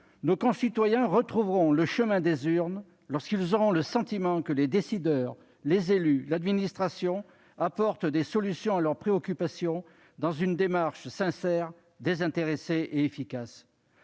nos concitoyens retrouveront le chemin des urnes lorsqu'ils auront le sentiment que les décideurs, les élus, l'administration apportent des solutions à leurs préoccupations dans une démarche sincère, désintéressée et efficace.